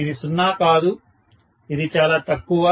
professor ఇది సున్నా కాదు ఇది చాలా తక్కువ